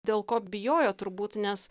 dėl ko bijojo turbūt nes